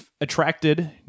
attracted